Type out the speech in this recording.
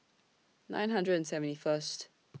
nine hundred and seventy First